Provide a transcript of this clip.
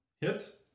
Hits